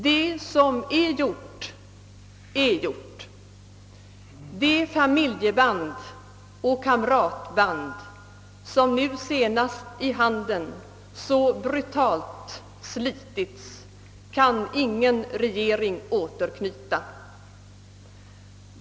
Det som är gjort är gjort. De familjeband och kamratband som nu senast i Handen så brutalt slitits kan ingen regering återknyta.